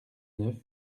neuf